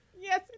Yes